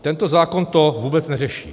Tento zákon to vůbec neřeší.